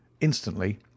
Instantly